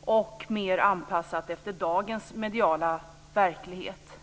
och mer anpassat efter dagens mediala verklighet.